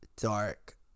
dark